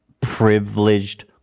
privileged